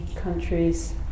countries